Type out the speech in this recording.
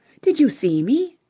did you see me?